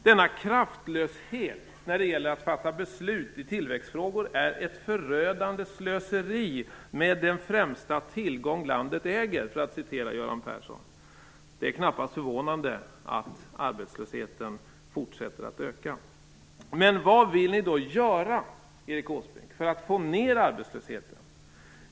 Denna kraftlöshet när det gäller att fatta beslut i tillväxtfrågor är ett förödande slöseri med "den främsta tillgång landet äger", för att citera Göran Persson. Det är knappast förvånande att arbetslösheten fortsätter att öka. Erik Åsbrink?